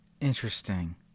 Interesting